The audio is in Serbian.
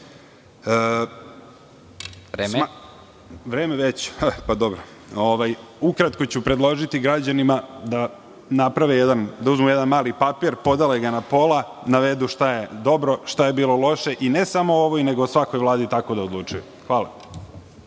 Vreme.)Ukratko ću predložiti građanima da uzmu jedan mali papir, podele ga na pola, navedu šta je dobro, šta je bilo loše i ne samo u ovoj, nego u svakoj vladi tako da odlučuju. Hvala.